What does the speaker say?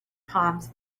palms